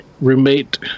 roommate